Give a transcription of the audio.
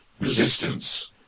Resistance